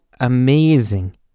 amazing